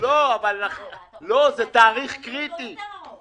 --- זה תאריך קריטי.